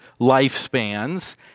lifespans